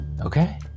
Okay